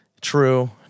True